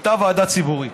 הייתה ועדה ציבורית